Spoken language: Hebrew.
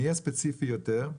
אהיה ספציפי יותר,